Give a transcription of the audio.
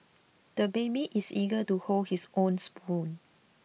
the baby is eager to hold his own spoon